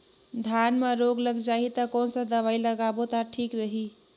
धान म रोग लग जाही ता कोन सा दवाई लगाबो ता ठीक रही?